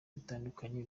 bitandukanye